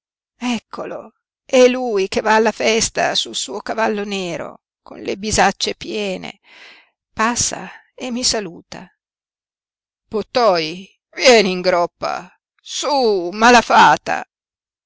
eccolo è lui che va alla festa sul suo cavallo nero con le bisacce piene passa e mi saluta pottoi vieni in groppa su mala fata